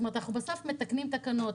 אנחנו בסוף מתקנים תקנות,